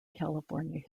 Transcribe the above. california